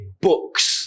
books